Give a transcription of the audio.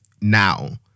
now